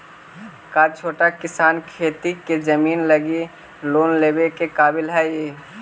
का छोटा किसान खेती के जमीन लगी लोन लेवे के काबिल हई?